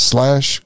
Slash